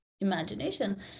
imagination